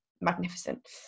magnificent